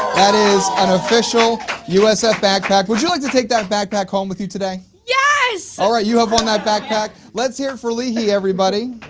that is an official usf backpack! would you like to take that backpack home with you today? yes! alright you have on that backpack! let's hear for leehee everybody.